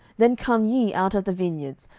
then come ye out of the vineyards,